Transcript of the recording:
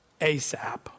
ASAP